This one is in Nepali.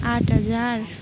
आठ हजार